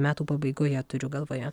metų pabaigoje turiu galvoje